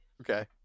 Okay